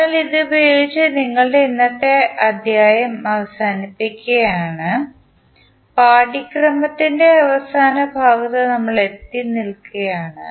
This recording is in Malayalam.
അതിനാൽ ഇതുപയോഗിച്ച് നിങ്ങളുടെ ഇന്നത്തെ അദ്ധ്യായം അവസാനിപ്പിക്കുകയാണ് പാഠ്യക്രമത്തിൻറെ അവസാന ഭാഗത്തു നമ്മൾ എത്തി നിൽക്കുകയാണ്